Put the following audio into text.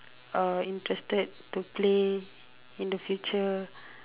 um interested to play in the future